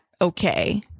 okay